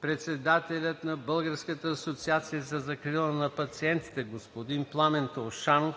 Председателят на Българската асоциация за закрила на пациентите господин Пламен Таушанов